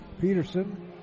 Peterson